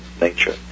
nature